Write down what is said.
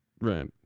Right